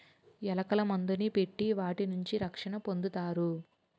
ఎలకల మందుని పెట్టి వాటి నుంచి రక్షణ పొందుతారు